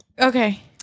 Okay